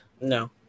No